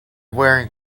wearing